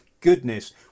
goodness